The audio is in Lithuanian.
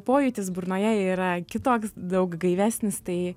pojūtis burnoje yra kitoks daug gaivesnis tai